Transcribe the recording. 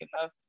enough